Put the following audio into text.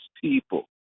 people